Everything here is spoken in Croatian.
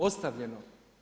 Ostavljeno.